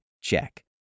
Check